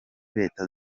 leta